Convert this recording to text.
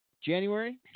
January